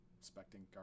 expecting